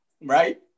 right